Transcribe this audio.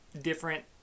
different